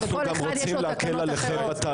לכל אחד יש תקנות אחרות.